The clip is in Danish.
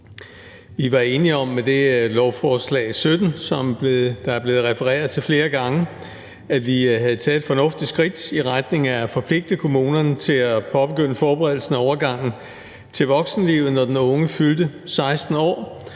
Vi var enige om, at vi med det lovforslag, L 17, som der er blevet refereret til flere gange, havde taget et fornuftigt skridt i retning af at forpligte kommunerne til at påbegynde forberedelsen af overgangen til voksenlivet, når den unge fyldte 16 år.